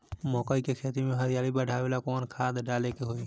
मकई के खेती में हरियाली बढ़ावेला कवन खाद डाले के होई?